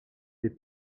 des